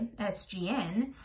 SGN